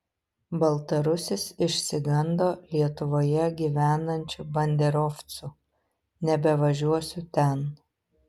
baltarusis išsigando lietuvoje gyvenančių banderovcų nebevažiuosiu ten